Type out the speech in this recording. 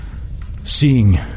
Seeing